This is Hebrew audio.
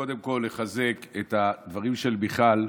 קודם כול, אני רוצה לחזק את דבריה של מיכל.